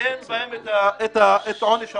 אין עונש מוות.